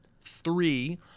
three